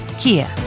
Kia